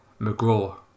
McGraw